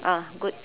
ah good